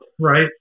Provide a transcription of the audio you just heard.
right